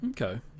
okay